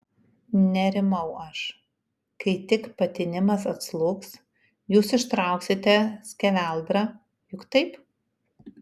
nerimau aš kai tik patinimas atslūgs jūs ištrauksite skeveldrą juk taip